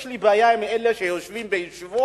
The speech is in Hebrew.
יש לי בעיה עם אלה שיושבים בישיבות,